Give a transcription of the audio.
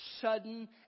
sudden